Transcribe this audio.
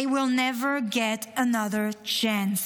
They will never get another chance.